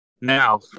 Now